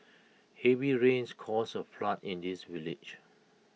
heavy rains caused A flood in this village